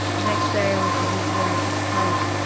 the next day i went to visit her at this place.